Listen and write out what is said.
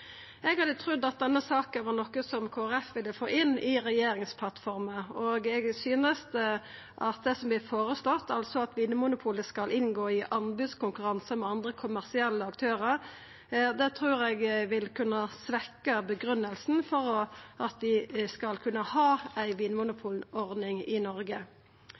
Eg hadde trudd at denne saka var noko som Kristeleg Folkeparti ville få inn i regjeringsplattforma, og eg trur at det som vert føreslått – at Vinmonopolet skal inngå i anbodskonkurransar med andre kommersielle aktørar – vil kunna svekkja grunngivinga for at vi skal kunna ha ei vinmonopolordning i Noreg.